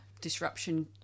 disruption